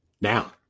now